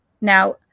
Now